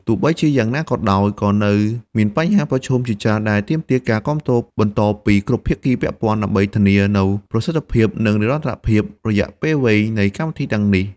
ទោះបីជាយ៉ាងណាក៏ដោយ ក៏នៅមានបញ្ហាប្រឈមជាច្រើនដែលទាមទារការគាំទ្របន្តពីគ្រប់ភាគីពាក់ព័ន្ធ ដើម្បីធានានូវប្រសិទ្ធភាព និងនិរន្តរភាពរយៈពេលវែងនៃកម្មវិធីទាំងនេះ។